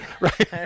Right